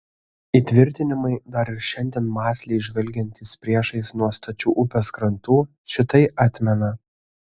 įtvirtinimai dar ir šiandien mąsliai žvelgiantys priešais nuo stačių upės krantų šitai atmena